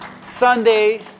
Sunday